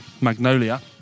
magnolia